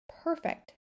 Perfect